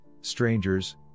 strangers